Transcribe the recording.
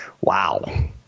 Wow